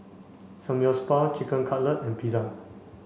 Samgyeopsal Chicken Cutlet and Pizza